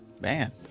Man